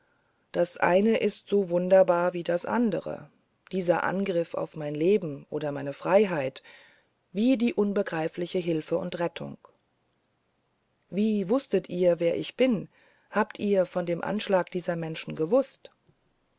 das eine ist so sonderbar wie das andere dieser angriff auf mein leben oder meine freiheit wie die unbegreifliche hilfe und rettung wie wußtet ihr wer ich bin habt ihr von dem anschlag dieser menschen gewußt